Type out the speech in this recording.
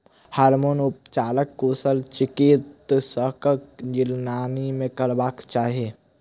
hormone उपचार कुशल चिकित्सकक निगरानी मे करयबाक चाही